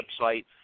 website